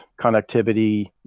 connectivity